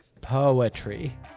Poetry